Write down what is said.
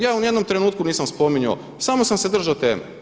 Ja ni u jednom trenutku nisam spominjao, samo sam se držao teme.